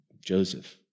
Joseph